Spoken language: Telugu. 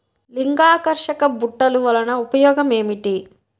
లింగాకర్షక బుట్టలు వలన ఉపయోగం ఏమిటి?